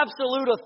absolute